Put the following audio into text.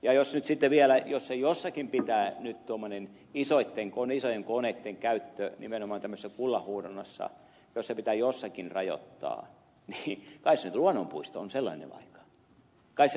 jos nyt sitten vielä jossakin pitää tuommoinen isojen koneitten käyttö nimenomaan tällaisessa kullanhuuhdonnassa rajoittaa niin kai se nyt luonnonpuisto on sellainen paikka kai se on luonnonpuisto